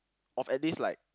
of at least like